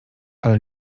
ale